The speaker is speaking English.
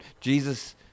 Jesus